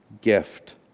gift